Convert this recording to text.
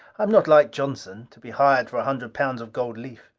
i am not like johnson, to be hired for a hundred pounds of gold leaf.